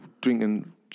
Drinking